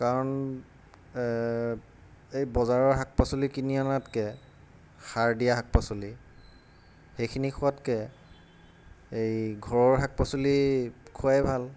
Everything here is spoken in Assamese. কাৰণ এই বজাৰৰ শাক পাচলি কিনি অনাতকৈ সাৰ দিয়া শাক পাচলি সেইখিনি খোৱাতকৈ এই ঘৰৰ শাক পাচলি খোৱাই ভাল